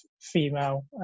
female